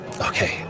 okay